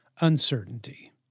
uncertainty